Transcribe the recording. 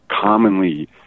commonly